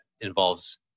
involves